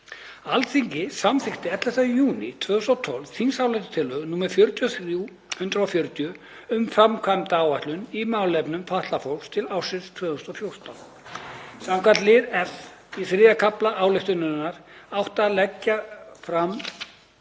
Alþingi samþykkti 11. júní 2012 þingsályktun nr. 43/140, um framkvæmdaáætlun í málefnum fatlaðs fólks til ársins 2014. Samkvæmt lið F.1 í III. kafla ályktunarinnar átti að leggja fram